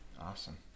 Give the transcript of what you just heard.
awesome